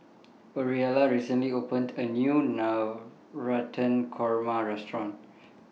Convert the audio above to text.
Orelia recently opened A New Navratan Korma Restaurant